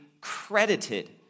credited